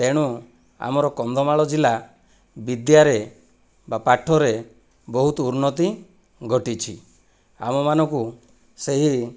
ଏଣୁ ଆମର କନ୍ଧମାଳ ଜିଲ୍ଲା ବିଦ୍ୟାରେ ବା ପାଠରେ ବହୁତ ଉନ୍ନତି ଘଟିଛି ଆମମାନଙ୍କୁ ସେହି